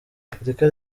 afurika